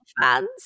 fans